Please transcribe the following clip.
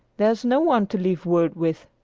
there's no one to leave word with!